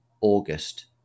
August